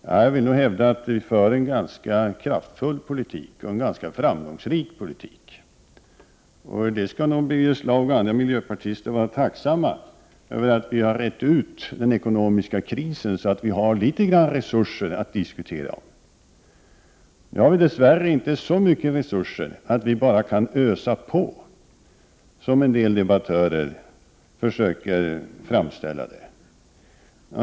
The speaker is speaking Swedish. Jag vill hävda att vi för en ganska kraftfull och ganska framgångsrik politik. Birger Schlaug och andra miljöpartister bör nog vara tacksamma för att regeringen har klarat den ekonomiska krisen, så att det finns litet grand resurser att diskutera om. Dess värre har vi inte så mycket resurser att vi bara kan ösa på, som en del debattörer försöker framställa det.